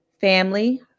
family